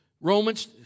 Romans